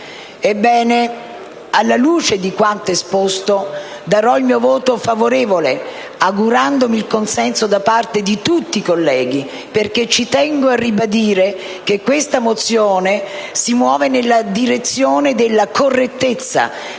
Ebbene, alla luce di quanto esposto, darò il mio voto favorevole, augurandomi il consenso di tutti i colleghi, perché ci tengo a ribadire che questa mozione si muove nella direzione della correttezza,